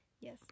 Yes